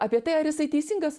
apie tai ar jisai teisingas